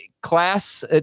class